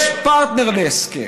יש פרטנר להסכם.